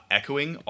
echoing